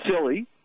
silly